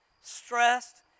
stressed